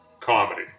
comedy